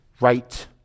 right